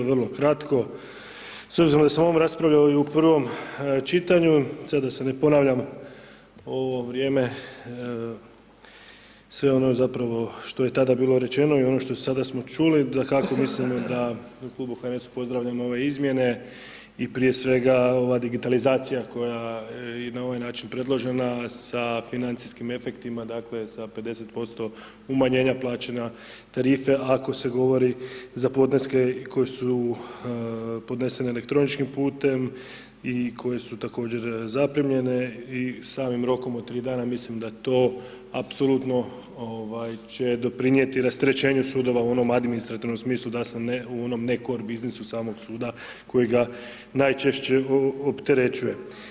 Vrlo kratko, s obzirom da sam o ovome raspravljao i u prvom čitanju, sad da se ne ponavljam, ovo vrijeme, sve ono zapravo što je tada bilo rečeno i ono što sada smo čuli, da kako mislimo da u klubu HNS pozdravljamo ove izmjene i prije svega, ova digitalizacija koja je i na ovaj način predložena sa financijskim efektima, dakle, sa 50% umanjenja plaćanja tarife ako se govori za podneske koji su podnesene elektroničkim putem i koje su također zaprimljene i samim rokom od 3 dana, mislim da to apsolutno će doprinijeti rasterećenju sudova u onom administrativnom smislu, ne u samom… [[Govornik se ne razumije]] samog suda kojega najčešće opterećuje.